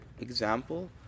example